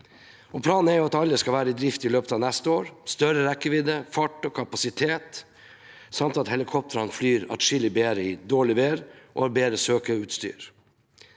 Planen er at alle skal være i drift i løpet av neste år, med større rekkevidde, fart og kapasitet, samt at helikoptrene flyr atskillig bedre i dårlig vær og har bedre søkeutstyr.